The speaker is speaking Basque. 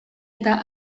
eta